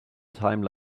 time